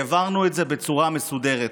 העברנו את זה בצורה מסודרת,